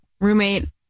roommate